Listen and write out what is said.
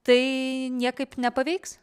tai niekaip nepaveiks